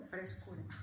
Frescura